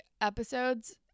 episodes